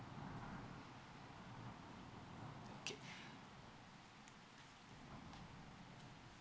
okay